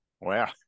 Wow